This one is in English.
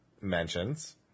mentions